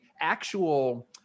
actual